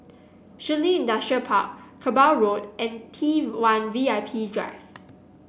Shun Li Industrial Park Kerbau Road and T one V I P Drive